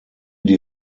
die